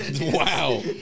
Wow